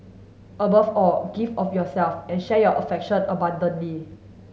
above all give of yourself and share your affection abundantly